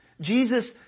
Jesus